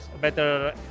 better